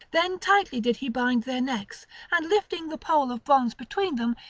then tightly did he bind their necks and lifting the pole of bronze between them,